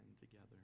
together